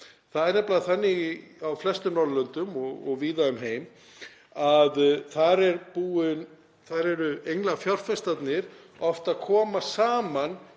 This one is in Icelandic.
Það er nefnilega þannig á flestum Norðurlöndunum og víða um heim að þar koma englafjárfestarnir oft saman